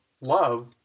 love